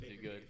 good